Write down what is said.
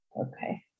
Okay